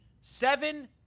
seven